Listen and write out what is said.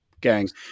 gangs